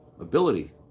ability